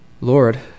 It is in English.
Lord